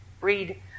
Read